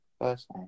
First